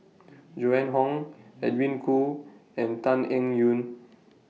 Joan Hon Edwin Koo and Tan Eng Yoon